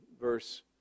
verse